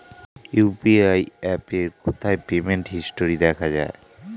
UPI অ্যাপে কোথায় payment history দেখা যায়?